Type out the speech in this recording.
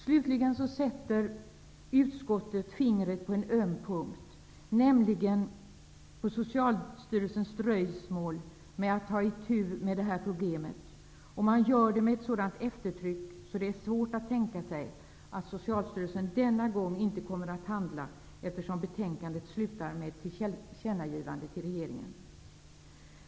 Slutligen sätter utskottet fingret på en öm punkt, nämligen på Socialstyrelsens dröjsmål med att ta itu med det här problemet. Och man gör det med ett sådant eftertryck att det är svårt att tänka sig att Socialstyrelsen denna gång inte kommer att handla; betänkandet slutar nämligen med ett tillkännagivande till regeringen.